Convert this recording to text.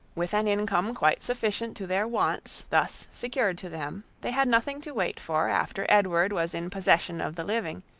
with an income quite sufficient to their wants thus secured to them, they had nothing to wait for after edward was in possession of the living,